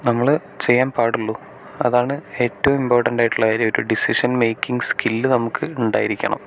നമ്മൾ ചെയ്യാൻ പാടുള്ളൂ അതാണ് ഏറ്റവും ഇമ്പോർട്ടൻറ്റായിട്ടുള്ള കാര്യം ഒരു ഡിസിഷൻ മേക്കിങ് സ്കിൽ നമുക്ക് ഉണ്ടായിരിക്കണം